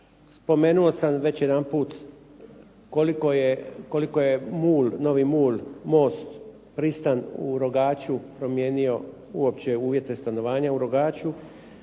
Spomenuo sam već jedanput koliko je mol, novi mol, mol … /Govornik se ne razumije./… promijenio uopće uvjete stanovanja u Rogaču,